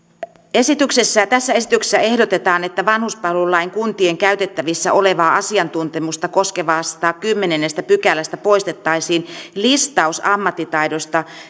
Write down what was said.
tässä esityksessä ehdotetaan että vanhuspalvelulain kuntien käytettävissä olevaa asiantuntemusta koskevasta kymmenennestä pykälästä poistettaisiin listaus ammattitaidoista